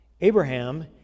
Abraham